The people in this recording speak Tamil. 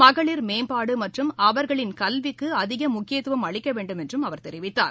மகளிர் மேம்பாடு மற்றும் அவர்களின் கல்விக்கு அதிக முக்கியத்துவம் அளிக்க வேண்டும் என்றும் அவர் தெரிவித்தார்